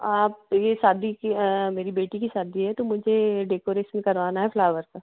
आप यह शादी की मेरी बेटी की शादी है तो मुझे डेकोरेशन करवाना है फ्लावर्स का